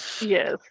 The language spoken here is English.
Yes